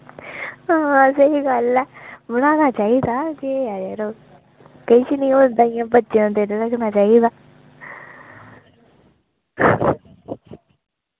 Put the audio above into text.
हां स्हेई गल्ल ऐ बनाना चाहिदा केह् ऐ यरो किश नी होंदा ही ऐ बच्चें दा दिल रक्खना चाहिदा